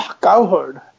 cowherd